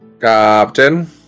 Captain